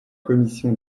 commission